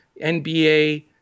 NBA